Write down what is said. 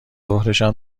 ظهرشم